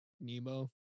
Nemo